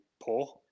poor